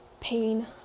pain